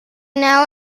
now